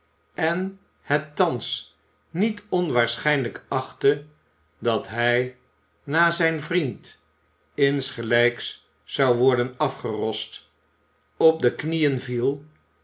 en het thans niet onwaarschijnlijk achtte dat hij na zijn vriend insgelijks zou worden afgerost op de knieën viel